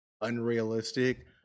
unrealistic